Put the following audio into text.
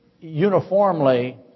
uniformly